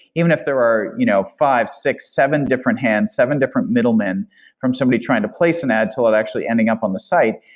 even if there are you know five, six, seven different hands, seven different middleman from somebody trying to place an ad till it actually ending up on the site,